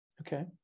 okay